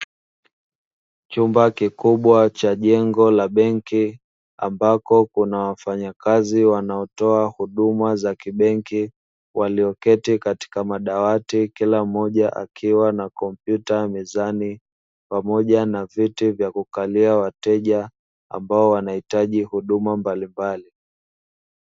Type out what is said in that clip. Chumba kikubwa cha jengo la benki ambako kuna wafanyakazi wanaotoa huduma za kibenki walioketi katika madawati, kila mmoja akiwa na kompyuta mezani pamoja na viti vya kukalia wateja ambao wanaohitaji huduma mbalimbali.